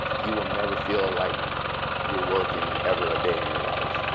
you will never feel ah like you're working ever a day in your life.